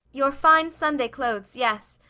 your fine sunday clothes yes.